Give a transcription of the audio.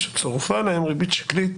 שצורפה להם ריבית שקלית